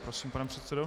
Prosím, pane předsedo.